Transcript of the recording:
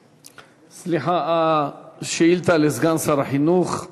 סליחה, השאילתה לסגן שר החינוך.